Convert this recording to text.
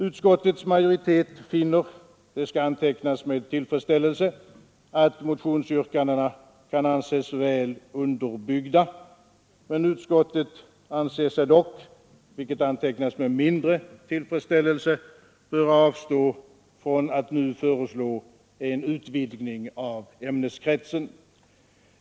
Utskottets majoritet finner — det antecknas med tillfredsställelse — att motionsyrkandena kan anses väl underbyggda. Utskottet anser sig dock — vilket antecknas med mindre tillfredsställelse — böra avstå från att nu föreslå en utvidgning av ämneskretsen.